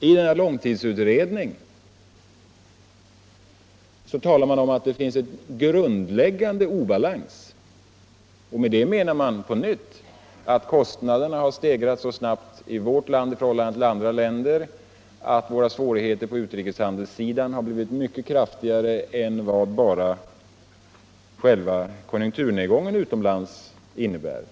I långtidsutredningen talar man om att det finns en grundläggande obalans. Med det menar man på nytt att kostnaderna har stigit så snabbt i vårt land i förhållande till andra länder att våra svårigheter på utrikeshandelssidan har blivit mycket kraftigare än vad bara själva konjunkturnedgången utomlands innebär.